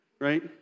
Right